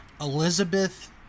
Elizabeth